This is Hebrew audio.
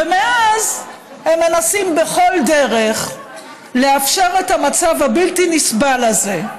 ומאז הם מנסים בכל דרך לאפשר את המצב הבלתי-נסבל הזה.